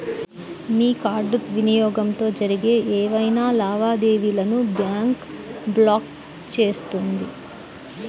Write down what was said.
మీ card వినియోగంతో జరిగే ఏవైనా లావాదేవీలను బ్యాంక్ బ్లాక్ చేస్తుంది